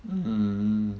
mm